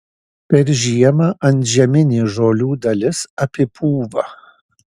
per žiemą antžeminė žolių dalis apipūva